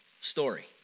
story